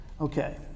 Okay